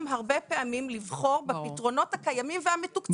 הרבה פעמים לבחון בפתרונות הקיימים והמתוקצבים.